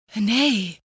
Nay